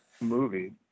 movie